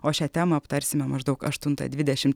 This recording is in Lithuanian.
o šią temą aptarsime maždaug aštuntą dvidešimt